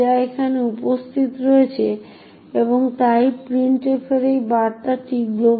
যদি আমরা প্রিন্ট2a এই প্রোগ্রামটি চালাই তবে স্ট্যাক থেকে এই সমস্ত মধ্যবর্তী ডেটা প্রিন্ট না করেই আমরা ঠিক একই ফলাফল পাই